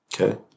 okay